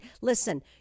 Listen